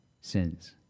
sins